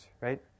right